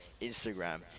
instagram